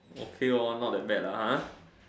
okay lor not that bad lah uh